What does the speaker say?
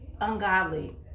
ungodly